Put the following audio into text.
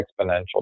exponential